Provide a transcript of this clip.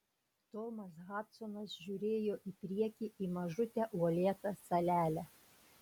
tomas hadsonas žiūrėjo į priekį į mažutę uolėtą salelę